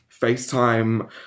FaceTime